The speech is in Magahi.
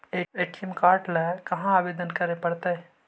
ए.टी.एम काड ल कहा आवेदन करे पड़तै?